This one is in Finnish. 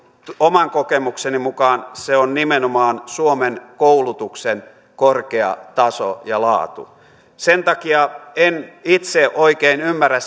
oman kokemukseni mukaan se on nimenomaan suomen koulutuksen korkea taso ja laatu sen takia en itse oikein ymmärrä